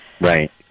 Right